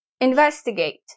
investigate